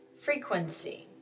Frequency